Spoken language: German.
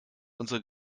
unsere